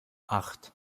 acht